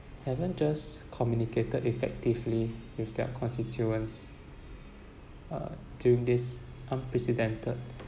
haven't just communicated effectively with their constituents uh during this unprecedented